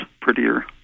prettier